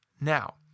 Now